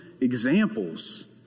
examples